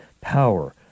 power